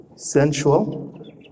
Sensual